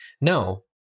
No